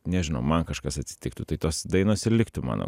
nežinau man kažkas atsitiktų tai tos dainos ir liktų mano